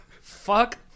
Fuck